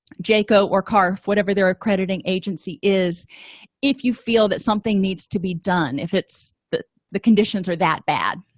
jayco or karf whatever their accrediting agency is if you feel that something needs to be done if it's but the conditions are that bad